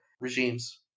regimes